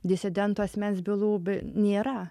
disidentų asmens bylų nėra